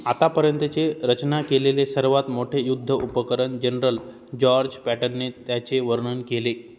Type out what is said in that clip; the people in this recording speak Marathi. आतापर्यंतचे रचना केलेले सर्वात मोठे युद्ध उपकरण जनरल जॉर्ज पॅटनने त्याचे वर्णन केले